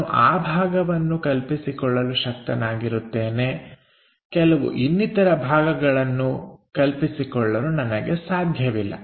ನಾನು ಆ ಭಾಗವನ್ನು ಕಲ್ಪಿಸಿಕೊಳ್ಳಲು ಶಕ್ತನಾಗಿರುತ್ತೇನೆ ಕೆಲವು ಇನ್ನಿತರ ಭಾಗಗಳನ್ನು ಕಲ್ಪಿಸಿಕೊಳ್ಳಲು ನನಗೆ ಸಾಧ್ಯವಿಲ್ಲ